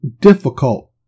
difficult